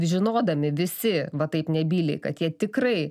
žinodami visi va taip nebyliai kad jie tikrai